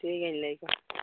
ᱴᱷᱤᱠ ᱜᱮᱭᱟᱹᱧ ᱞᱟᱹᱭᱟᱠᱚᱣᱟ